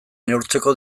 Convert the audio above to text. neurtzeko